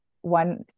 One